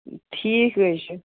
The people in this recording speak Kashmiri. ٹھیٖک حظ چھِ